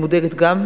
גם אני מודאגת,